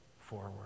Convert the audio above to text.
forward